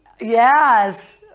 Yes